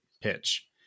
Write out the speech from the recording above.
pitch